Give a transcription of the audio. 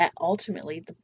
ultimately